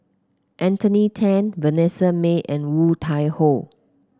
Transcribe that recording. Anthony Then Vanessa Mae and Woon Tai Ho